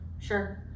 sure